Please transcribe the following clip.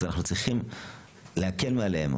אנחנו צריכים להקל מעליהם.